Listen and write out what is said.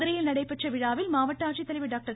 மதுரையில் நடைபெற்ற விழாவில் மாவட்ட ஆட்சித்தலைவர் டாக்டர்